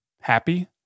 happy